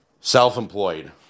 Self-employed